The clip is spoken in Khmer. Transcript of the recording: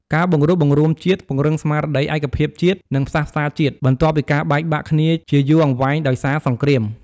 ការបង្រួបបង្រួមជាតិ ពង្រឹងស្មារតីឯកភាពជាតិ និងផ្សះផ្សាជាតិ បន្ទាប់ពីការបែកបាក់គ្នាជាយូរអង្វែងដោយសារសង្គ្រាម។